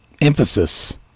emphasis